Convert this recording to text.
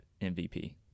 MVP